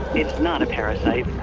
it's not a parasite,